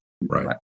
Right